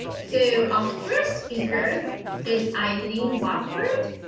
so our first speaker is eileen wafford,